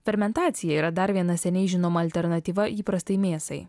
fermentacija yra dar viena seniai žinoma alternatyva įprastai mėsai